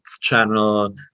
channel